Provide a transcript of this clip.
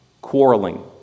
quarreling